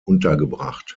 untergebracht